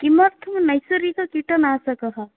किमर्थं नैसर्गिककीटनाशकः